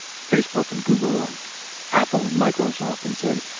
facebook, and google, and apple, and microsoft and said,